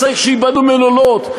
וצריך שייבנו מלונות,